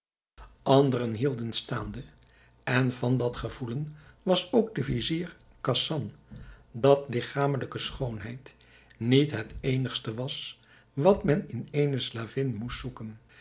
anderen hielden staande en van dat gevoelen was ook de vizier khasan dat ligchamelijke schoonheid niet het eenigste was wat men in eene slavin moest zoeken